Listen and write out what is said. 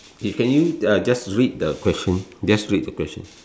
eh can you uh just read the question just read the question